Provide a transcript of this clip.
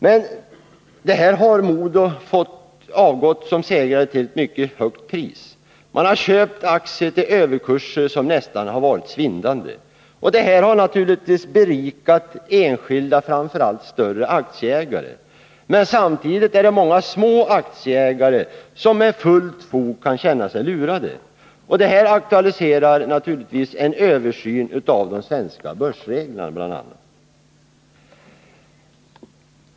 Men MoDo har avgått som segrare till ett mycket högt pris. Man har köpt aktier till överkurser, som nästan varit svindlande. Detta har naturligtvis berikat enskilda, framför allt större aktieägare. Men samtidigt är det många små aktieägare som med fullt fog kan känna sig lurade. Det här aktualiserar naturligtvis en översyn av bl.a. de svenska börsreglerna.